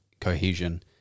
cohesion